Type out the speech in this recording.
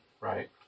Right